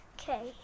Okay